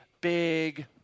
Big